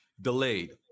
delayed